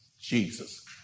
Jesus